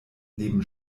neben